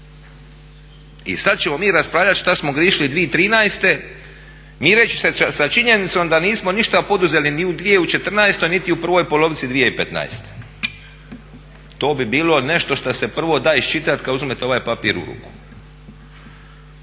I sada ćemo mi raspravljati 2013., mireći se sa činjenicom da nismo ništa poduzeli ni u 2014. niti u prvoj polovici 2015., to bi bilo nešto što se prvo da iščitati kada uzmete ovaj papir u ruku.